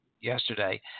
yesterday